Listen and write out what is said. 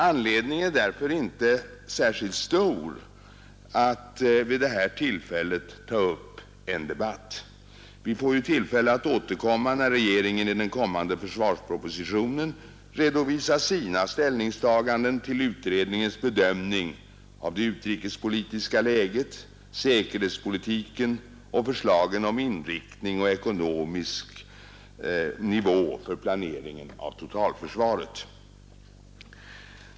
Anledningen är därför inte särskilt stor att nu ta upp en debatt. Vi får tillfälle att återkomma när regeringen i den kommande försvarspropositionen redovisar sina ställningstaganden till utredningens bedömning av det utrikespolitiska läget, säkerhetspolitiken och förslagen om inriktning och ekonomisk nivå för planeringen av totalförsvaret.